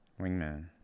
Wingman